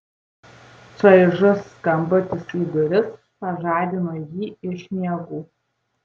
čaižus skambutis į duris pažadino jį iš miegų